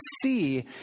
see